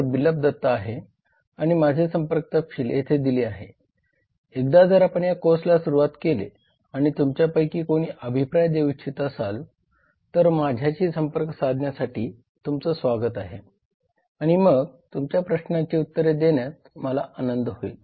बिप्लब दत्ता आहे आणि माझे संपर्क तपशील येथे दिले आहे एकदा जर आपण या कोर्सला सुरुवात केले आणि तुमच्या पैकी कोणी अभिप्राय देऊ इच्छित असाल तर माझ्याशी संपर्क साधण्यासाठी तुमचं स्वागत आहे आणि मग तुमच्या प्रश्नांची उत्तरे देण्यात मला आनंद होईल